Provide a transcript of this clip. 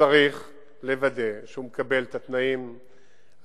צריך לוודא שהוא מקבל את התנאים הנאותים.